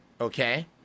Okay